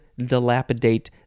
dilapidate